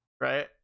Right